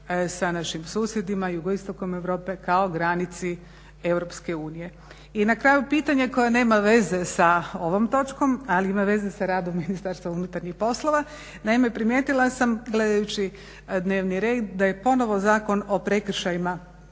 sa našim susjedima, jugoistokom Europe kao granici EU. I na kraju pitanje koje nema veze sa ovom točkom, ali ima veze sa radom Ministarstva unutarnjih poslova. Naime, primijetila sam gledajući dnevni red da je ponovo Zakon o prekršajima